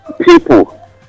people